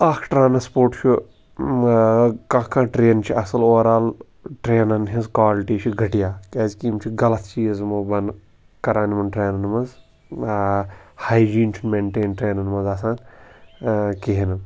اَکھ ٹرٛانَسپوٹ چھُ کانٛہہ کانٛہہ ٹرٛین چھِ اَصٕل اوٚوَرآل ٹرٛینَن ہِنٛز کالٹی چھِ گٹیا کیٛازِکہِ یِم چھِ غلط چیٖز یِمو بَنہٕ کَران یِمَن ٹرٛینَن منٛز ہایجیٖن چھُنہٕ مٮ۪نٹین ٹرٛینَن منٛز آسان کِہیٖنۍ